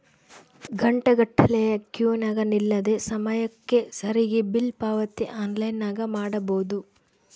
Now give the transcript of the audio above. ಘಂಟೆಗಟ್ಟಲೆ ಕ್ಯೂನಗ ನಿಲ್ಲದೆ ಸಮಯಕ್ಕೆ ಸರಿಗಿ ಬಿಲ್ ಪಾವತಿ ಆನ್ಲೈನ್ನಾಗ ಮಾಡಬೊದು